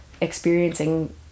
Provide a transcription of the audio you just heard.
experiencing